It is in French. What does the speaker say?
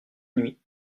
nuit